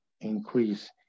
Increase